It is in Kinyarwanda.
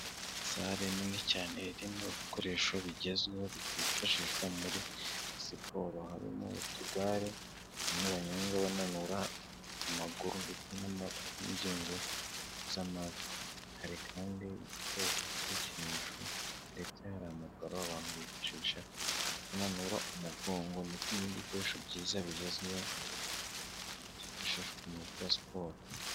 salle nini cyane irimo ibikoresho bigezweho byifashishwa muri siporo harimo utugareabanyonga bananura amaguru ndetse n'ingengo z'marihari kandi bikoredukinisho ndetse ha amagararo abantujesha kunanura umugongo ndetse n'ibindikoresho byiza bigezweho byifashishwa mu gukora siporoS